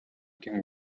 can